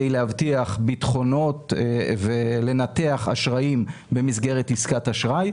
להבטיח בטחונות ולנתח אשראים במסגרת עסקת אשראי,